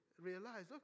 realize